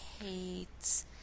hates